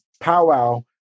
powwow